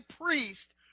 priest